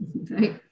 right